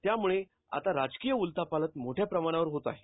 त्यामुळे आता राजकीय उलथापालथ मोठ्या प्रमाणावर होत आहे